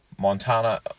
Montana